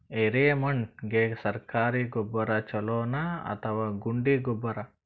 ಎರೆಮಣ್ ಗೆ ಸರ್ಕಾರಿ ಗೊಬ್ಬರ ಛೂಲೊ ನಾ ಅಥವಾ ಗುಂಡಿ ಗೊಬ್ಬರ?